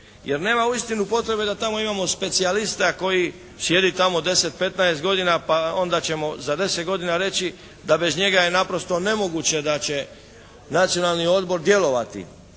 jer nema uistinu potrebe da tamo imamo specijalista koji sjedi tamo deset, petnaest godina pa onda ćemo za deset godina reći da bez njega je naprosto nemoguće da će Nacionalni odbor djelovati.